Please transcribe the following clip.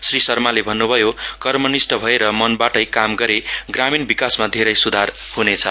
श्री शर्माले भन्न्भयो कर्मनिष्ठा भएर मनबाटै काम गरे ग्रामीण विकासमा धेरै स्धार हुनेछ